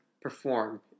perform